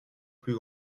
plus